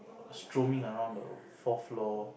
stroaming around the fourth floor